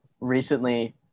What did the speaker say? recently